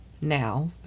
now